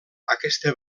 aquesta